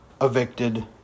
evicted